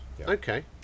Okay